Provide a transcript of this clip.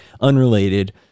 unrelated